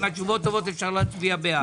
אם התשובות טובות אפשר להצביע בעד.